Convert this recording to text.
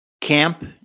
Camp